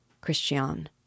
Christian